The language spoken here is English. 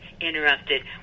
interrupted